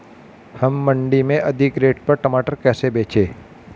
हम मंडी में अधिक रेट पर टमाटर कैसे बेचें?